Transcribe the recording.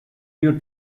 rio